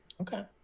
Okay